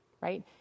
right